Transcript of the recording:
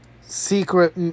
secret